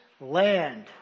land